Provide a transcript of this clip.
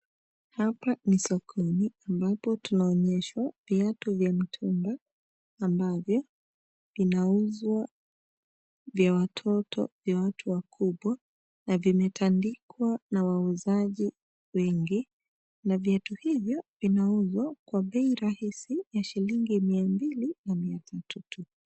Hapa ni sokoni ambapo tunaonyeshwa viatu vya mtumba ambavyo vinauzwa vya watoto, vya watu wakubwa na vimetandikwa na wauzaji wengi na viatu hivyo vinauzwa kwa bei rahisi ya shilingi mia mbili na mia tatu tu.